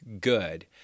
good